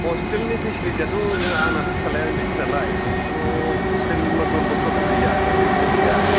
हस्टेलनि पेसिलिटियाथ' जोंना आंनाथ' फिसालाया उन्दैसो नालाय आंथ' हस्टेल मा दन बस्क'आथ' गैया उन्दैफोरनि गैया